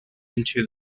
into